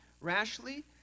rashly